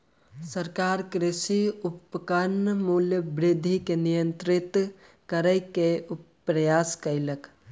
सरकार कृषि उपकरणक मूल्य वृद्धि के नियंत्रित करै के प्रयास कयलक